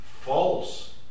false